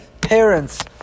parents